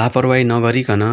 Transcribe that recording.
लापरवाही नगरीकन